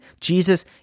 Jesus